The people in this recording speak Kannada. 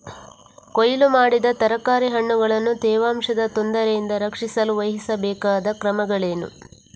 ಕೊಯ್ಲು ಮಾಡಿದ ತರಕಾರಿ ಹಣ್ಣುಗಳನ್ನು ತೇವಾಂಶದ ತೊಂದರೆಯಿಂದ ರಕ್ಷಿಸಲು ವಹಿಸಬೇಕಾದ ಕ್ರಮಗಳೇನು?